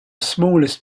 smallest